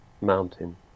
mountain